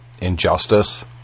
Injustice